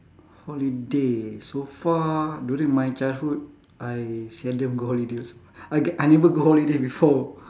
holiday so far during my childhood I seldom go holiday als~ I get I never go holiday before